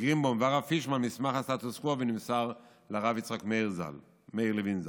גרינבוים והרב פישמן מסמך הסטטוס קוו ונמסר לרב יצחק מאיר לוין ז"ל.